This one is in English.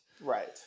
Right